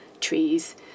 trees